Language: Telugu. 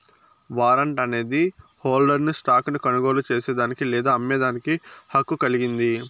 వారంట్ అనేది హోల్డర్ను స్టాక్ ను కొనుగోలు చేసేదానికి లేదా అమ్మేదానికి హక్కు కలిగింది